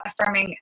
affirming